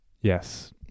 Yes